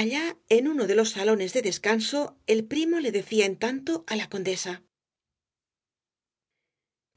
allá en uno de los salones de descanso el primo le decía en tanto á la condesa